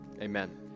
amen